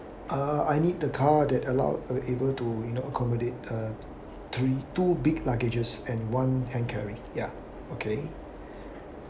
uh I need the car that allow uh able to you know accommodate a three two big luggages and one hand carry ya okay